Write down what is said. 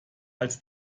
als